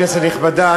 כנסת נכבדה,